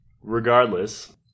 Regardless